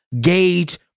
gauge